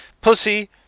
Pussy